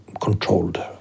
controlled